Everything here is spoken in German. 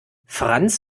franz